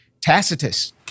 Tacitus